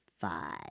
five